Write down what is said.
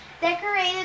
decorated